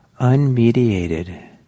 unmediated